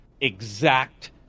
exact